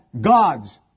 gods